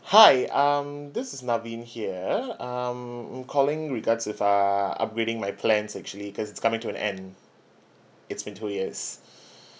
hi um this is naveen here um I'm calling regards with uh upgrading my plans actually because it's coming to an end it's been two years